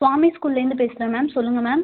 ஸ்வாமி ஸ்கூல்லேருந்து பேசுகிறேன் மேம் சொல்லுங்கள் மேம்